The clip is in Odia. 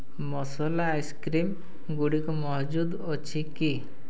ମସଲା ଆଇସ୍କ୍ରିମ୍ଗୁଡ଼ିକ ମହଜୁଦ ଅଛି କି